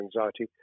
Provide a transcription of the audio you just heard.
anxiety